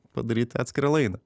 padaryti atskirą laidą